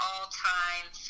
all-time